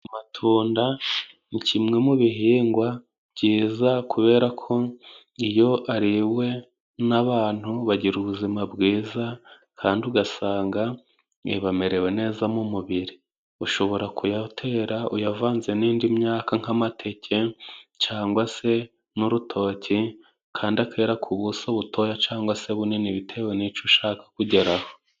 Amatunda ni kimwe mu bihingwa byiza kubera ko iyo ariwe nabantu bagira ubuzima bwiza kandi ugasanga bamerewe neza mu mubiri. Ushobora kuyatera uyavanze n'indi myaka nkamateke, cyangwa se n'urutoke, kandi akera ku buso butoya cangwa se bunini bitewe n'ico ushaka kugeraho.